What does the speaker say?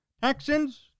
Texans